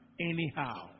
anyhow